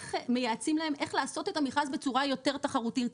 מייעצים להם איך לעשות את המכרז בצורה יותר תחרותית,